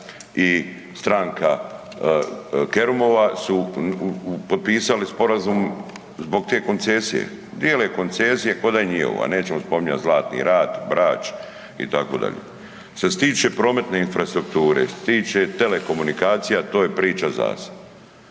i stranka Kerumova su potpisali sporazum zbog te koncesije, dijele koncesije ko da je njiovo, a nećemo spominjat Zlatni rat, Brač itd. Što se tiče prometne infrastrukture, što se tiče telekomunikacija to je priča za se.